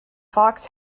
fox